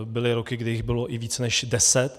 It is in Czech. Byly roky, kdy jich bylo i víc než deset.